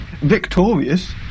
victorious